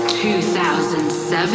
2007